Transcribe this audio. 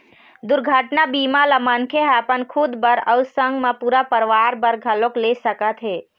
दुरघटना बीमा ल मनखे ह अपन खुद बर अउ संग मा पूरा परवार बर घलोक ले सकत हे